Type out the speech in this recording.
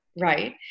right